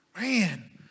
Man